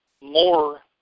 more